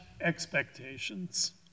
expectations